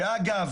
שאגב